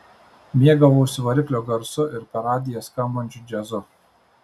mėgavausi variklio garsu ir per radiją skambančiu džiazu